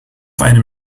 einem